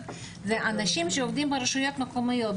הם אנשים שעובדים ברשויות המקומיות,